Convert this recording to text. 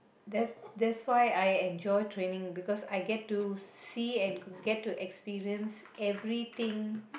that that's why I enjoy training because I get to see and get to experience everything